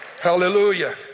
Hallelujah